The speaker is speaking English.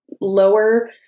lower